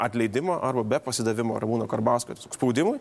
atleidimo ar be pasidavimo ramūno karbauskio spaudimui